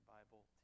Bible